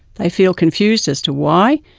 they feel confused as to why,